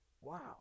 wow